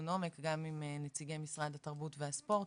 עומק גם עם נציגי משרד התרבות והספורט,